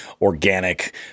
organic